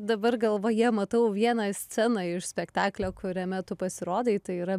dabar galvoje matau vieną sceną iš spektaklio kuriame tu pasirodai tai yra